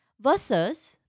Versus